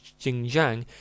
Xinjiang